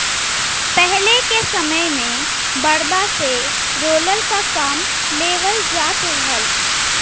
पहिले के समय में बरधा से रोलर क काम लेवल जात रहल